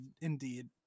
indeed